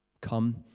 Come